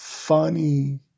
funny